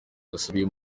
yasubiye